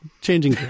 changing